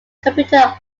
computer